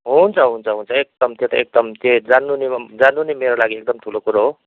हुन्छ हुन्छ हुन्छ एकदम त्यो त एकदम त्यो जान्नु नि जान्नु नै मेरो लागि एकदम ठुलो कुरा हो